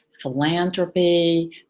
Philanthropy